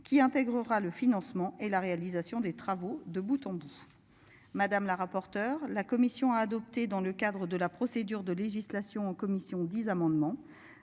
qui intégrera le financement et la réalisation des travaux de bout-en-bout. Madame la rapporteure. La commission a adopté dans le cadre de la. Procédure de législation en commission 10 amendements.